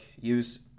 use